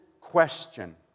question